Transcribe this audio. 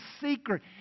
secret